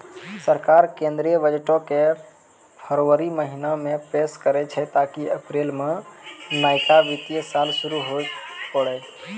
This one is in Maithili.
सरकार केंद्रीय बजटो के फरवरी महीना मे पेश करै छै ताकि अप्रैल मे नयका वित्तीय साल शुरू हुये पाड़ै